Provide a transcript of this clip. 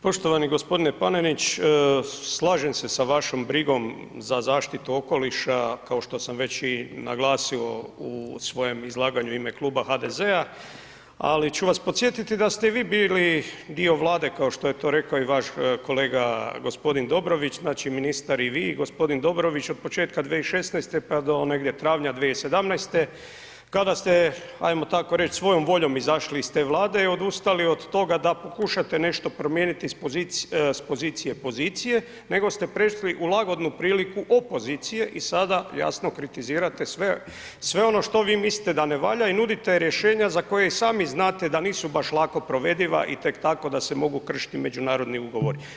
Poštovani g. Panenić, slažem se sa vašom brigom za zaštitu okoliša kao što sam već i naglasio u svojem izlaganju ime kluba HDZ-a, ali ću vas podsjetiti da ste vi bili dio Vlade kao što je to rekao i vaš kolega g. Dobrović, znači ministar i vi, g. Dobrović od početka 2016. pa do negdje travnja 2017. kada ste ajmo tako reći svojom voljom izašli iz te Vlade i odustali od toga da pokušate nešto promijeniti iz pozicije pozicije, nego ste prešli u lagodnu priliku opozicije i sada jasno, kritizirate sve ono što vi mislite da ne valja i nudite rješenja za koje i sami znate da nisu baš lako provediva i tek tako da se mogu kršiti međunarodni ugovori.